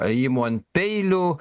ėjimų ant peilių